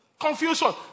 confusion